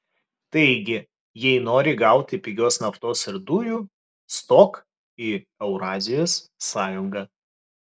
taigi jei nori gauti pigios naftos ir dujų stok į eurazijos sąjungą